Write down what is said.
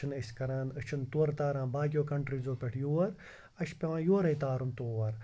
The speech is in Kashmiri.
تہٕ چھِنہٕ أسۍ کَران أسۍ چھِنہٕ تورٕ تاران باقیو کَنٹریٖزو پٮ۪ٹھ یور اَسہِ چھِ پٮ۪وان یورَے تارُن تور